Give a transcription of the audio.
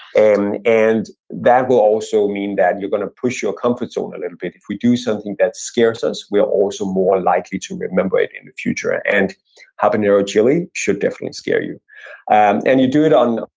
and and that will also mean that you're going to push your comfort zone a little bit. if we do something that scares us, we're also more likely to remember it in the future. and habanero chili should definitely scare you and and you do it on